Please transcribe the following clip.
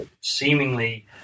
seemingly